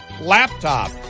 laptop